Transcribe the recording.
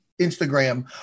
instagram